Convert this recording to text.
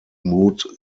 mood